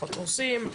פחות הורסים,